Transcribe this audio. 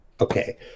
Okay